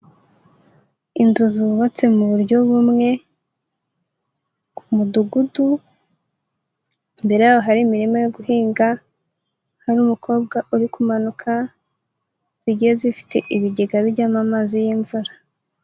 Inzu zubatse mu buryo bumwe ku mudugudu, imbere yaho hari imirima yo guhinga, hari n'umukobwa uri kumanuka, zigiye zifite ibigega bijyamo amazi y'imvura.